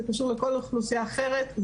זה קשור לכל אוכלוסייה אחרת.